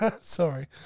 Sorry